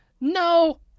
No